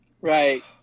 Right